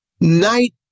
night